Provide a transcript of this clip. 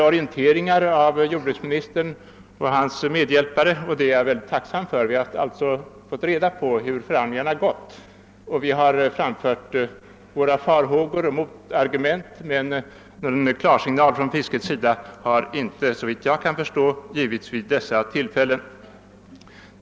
Vi har av jordbruksministern och hans medhjälpare — och det är jag tacksam för — fått reda på hur förhandlingarna har gått, och vi har framfört våra farhågor och motargument, men någon klarsignal från fiskets sida har såvitt jag kan förstå inte givits vid dessa tillfällen.